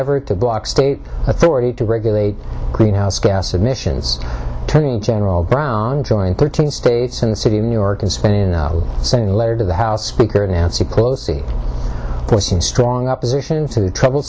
ever to block state authority to regulate greenhouse gas emissions turning general brown joining thirteen states in the city of new york and spending and sending a letter to the house speaker nancy pelosi pushing strong opposition into the trouble